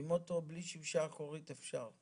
ועם אוטו בלי שמשה אחורית אפשר.